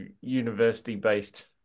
university-based